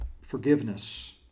forgiveness